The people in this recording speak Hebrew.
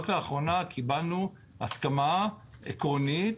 רק לאחרונה קיבלנו הסכמה עקרונית